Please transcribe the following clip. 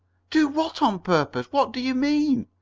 do what on purpose? what do you mean?